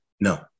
No